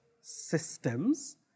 systems